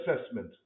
assessment